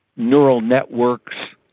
neural networks,